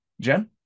Jen